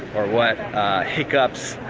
or what hiccups,